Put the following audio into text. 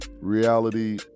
reality